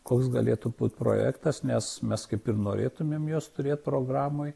koks galėtų būt projektas nes mes kaip ir norėtumėm juos turėt programoj